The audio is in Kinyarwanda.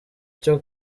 cyo